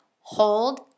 hold